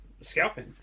scalping